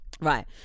Right